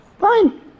Fine